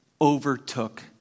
overtook